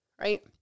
right